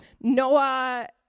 Noah